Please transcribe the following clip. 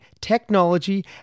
technology